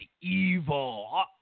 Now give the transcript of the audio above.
evil